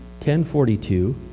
10.42